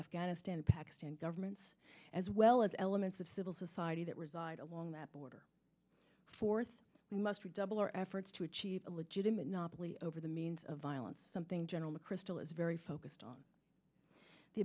afghanistan pakistan governments as well as elements of civil society that reside along that border forth we must redouble our efforts to achieve a legitimate nobly over the means of violence something general mcchrystal is very focused on the